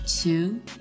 two